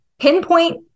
pinpoint